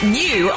new